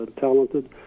talented